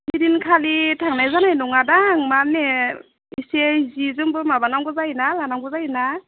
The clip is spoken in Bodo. ओइदिनखालि थांनाय जानाय नङादां माने एसे जि जोमबो माबा नांगौ जायोना लानांगौ जायोना